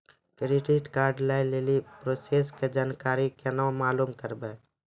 Credit card लय लेली process के जानकारी केना मालूम करबै?